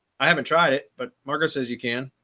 i haven't tried it but margaret says you can.